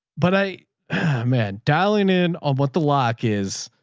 but i man dialing in on what the lock is.